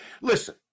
Listen